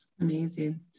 amazing